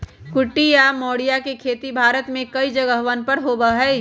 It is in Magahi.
कुटकी या मोरिया के खेती भारत में कई जगहवन पर होबा हई